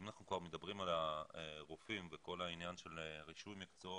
אם אנחנו מדברים על הרופאים וכל העניין של רישוי מקצועות,